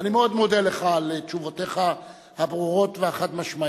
אני מאוד מודה לך על תשובותיך הברורות והחד-משמעיות,